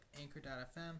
anchor.fm